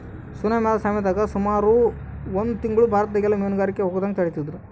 tsunami ಆದ ಸಮಯದಾಗ ಸುಮಾರು ಒಂದು ತಿಂಗ್ಳು ಭಾರತದಗೆಲ್ಲ ಮೀನುಗಾರಿಕೆಗೆ ಹೋಗದಂಗ ತಡೆದಿದ್ರು